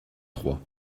trois